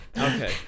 Okay